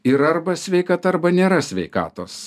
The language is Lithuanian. yra arba sveikata arba nėra sveikatos